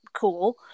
cool